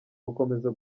gukomeza